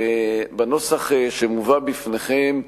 בנוסח שמובא בפניכם,